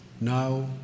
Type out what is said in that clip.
Now